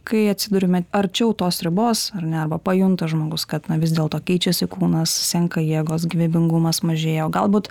kai atsiduriame arčiau tos ribos ar ne arba pajunta žmogus kad na vis dėlto keičiasi kūnas senka jėgos gyvybingumas mažėja o galbūt